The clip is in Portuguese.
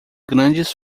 grandes